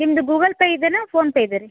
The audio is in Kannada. ನಿಮ್ದು ಗೂಗಲ್ ಪೇ ಇದೆಯಾ ಫೋನ್ ಪೇ ಇದಾ ರೀ